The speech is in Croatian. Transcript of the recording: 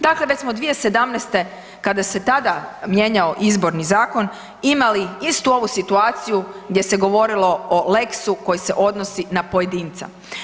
Dakle, već smo 2017. kada se tada mijenjao izborni zakon imali istu ovu situaciju gdje se govorilo o lex-u koji se odnosi na pojedinca.